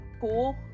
cool